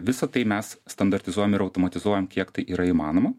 visa tai mes standartizuojam ir automatizuojam kiek tai yra įmanoma